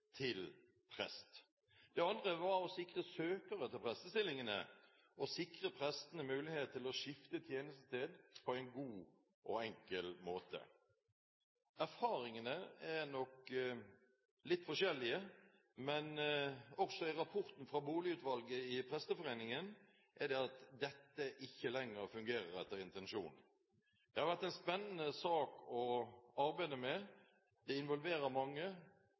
til prest. Det andre var å sikre søkere til prestestillingene og sikre prestene mulighet til å skifte tjenestested på en god og enkel måte. Erfaringene er nok litt forskjellige, men også i rapporten fra boligutvalget i Presteforeningen sies det at dette ikke lenger fungerer etter intensjonen. Det har vært en spennende sak å arbeide med, som involverer mange.